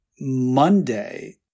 Monday